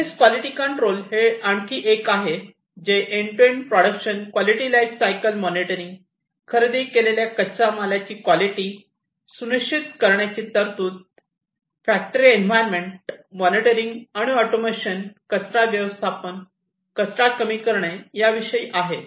service quality control हे आणखी एक आहे जे end to end production quality life cycle monitoring खरेदी केलेल्या कच्च्या मालाची क्वालिटी सुनिश्चित करण्याची तरतूद फॅक्टरी एन्व्हायरमेंट मॉनिटरिंग आणि ऑटोमेशन कचरा व्यवस्थापन कचरा कमी करणे या विषयी आहे